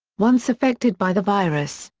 once affected by the virus,